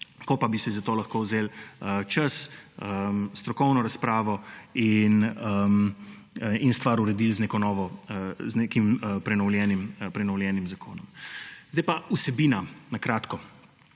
ko pa bi si za to lahko vzeli čas, strokovno razpravo in stvar uredili z nekim prenovljenim zakonom. Sedaj pa vsebina, na kratko.